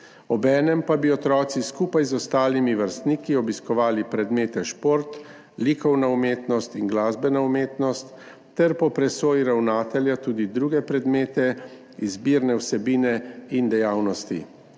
obenem pa bi otroci skupaj z ostalimi vrstniki obiskovali predmete, kot so šport, likovna umetnost in glasbena umetnost ter po presoji ravnatelja tudi druge predmete, izbirne vsebine in dejavnosti.